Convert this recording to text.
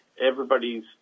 everybody's